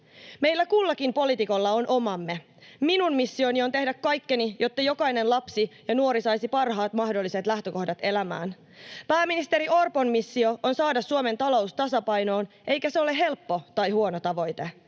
Meillä kullakin poliitikolla on omamme. Minun missioni on tehdä kaikkeni, jotta jokainen lapsi ja nuori saisi parhaat mahdolliset lähtökohdat elämään. Pääministeri Orpon missio on saada Suomen talous tasapainoon, eikä se ole helppo tai huono tavoite.